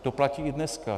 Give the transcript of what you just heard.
To platí i dneska.